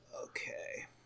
Okay